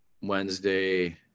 Wednesday